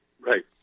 Right